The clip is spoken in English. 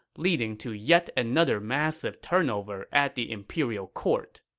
leading to yet another massive turnover at the imperial court.